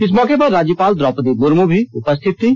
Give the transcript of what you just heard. इस मौके पर राज्यपाल द्रौपदी मुर्म् भी उपस्थित थीं